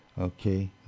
Okay